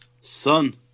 Son